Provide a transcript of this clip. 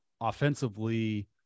offensively